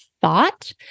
thought